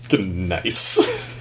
nice